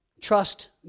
trust